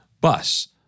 bus